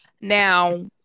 Now